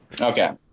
okay